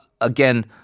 again